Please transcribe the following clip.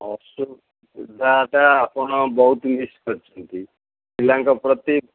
ଅସୁବିଧାଟା ଆପଣ ବହୁତ ମିସ୍ କରିଛନ୍ତି ପିଲାଙ୍କ ପ୍ରତି